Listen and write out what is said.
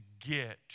get